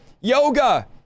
yoga